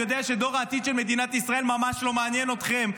אני יודע שדור העתיד של מדינת ישראל ממש לא מעניין אתכם.